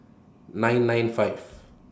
nine nine five